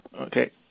Okay